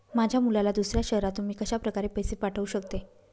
माझ्या मुलाला दुसऱ्या शहरातून मी कशाप्रकारे पैसे पाठवू शकते?